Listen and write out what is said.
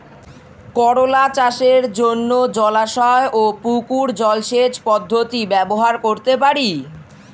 করোলা চাষের জন্য জলাশয় ও পুকুর জলসেচ পদ্ধতি ব্যবহার করতে পারি?